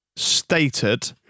stated